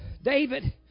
David